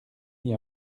n’y